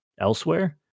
elsewhere